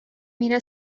میره